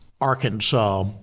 Arkansas